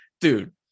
dude